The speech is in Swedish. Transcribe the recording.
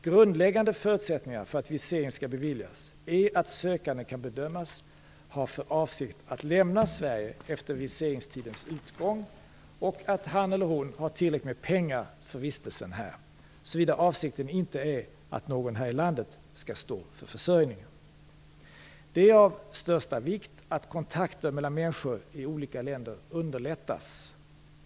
Grundläggande förutsättningar för att visering skall beviljas är att sökanden kan bedömas ha för avsikt att lämna Sverige efter viseringstidens utgång och att han eller hon har tillräckligt med pengar för vistelsen här, såvida avsikten inte är att någon här i landet skall stå för försörjningen. Det är av största vikt att kontakter mellan människor i olika länder underlättas.